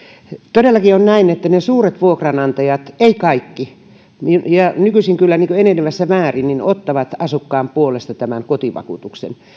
todellakin on näin että ne suuret vuokranantajat eivät kaikki nykyisin kyllä enenevässä määrin ottavat asukkaan puolesta tämän kotivakuutuksen